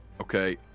Okay